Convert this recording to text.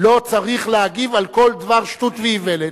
לא צריך להגיב על כל דבר שטות ואיוולת.